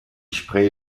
spree